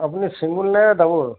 আপুনি চিংগুল নে ডাবোল